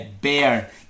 bear